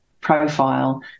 profile